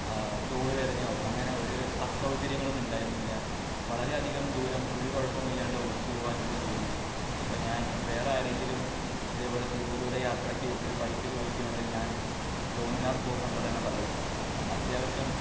ആ തോള് വേദനയോ അങ്ങനെ ഒരു അസൗകര്യങ്ങളും ഉണ്ടായിരിന്നില്ല വളരെ അധികം ദൂരം ഒരു കുഴപ്പവുമില്ലാണ്ട് ഓടിച്ചുപോവാന് എനിക്ക് തോന്നി അപ്പോള് ഞാന് വേറെ ആരെയെങ്കിലും ഇതേപോലെ ദീര്ഘദൂര യാത്രയ്ക്ക് ഒരു ബൈക്ക് ചോദിക്കുവാണേല് ഞാന് ഡോമിനോര് ഫോര് ഹൺഡ്രഡ് തന്നെ പറയും അത്യാവശ്യം